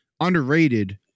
underrated